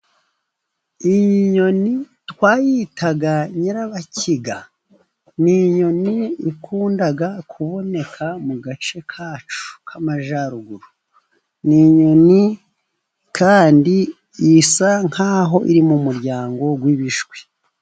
Iyi nyoni twayitaga nyirabakiga, ni inyoni ikunda kuboneka mu gace kacu k'Amajyaruguru, ni inyoni kandi isa nkaho iri mu muryango w'ibishwi.